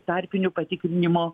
tarpinių patikrinimo